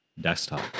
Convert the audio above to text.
Desktop